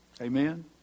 Amen